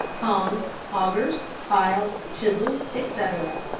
tongs, augers, files, chisels, etc.